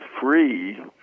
free